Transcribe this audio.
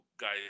guys